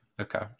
okay